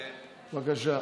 בבקשה.